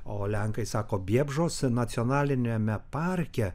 o lenkai sako biebžos nacionaliniame parke